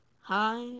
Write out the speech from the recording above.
hi